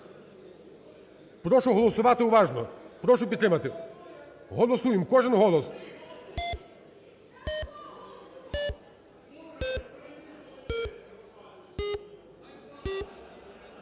Прошу голосувати уважно. Прошу підтримати. Голосуємо, кожен голос.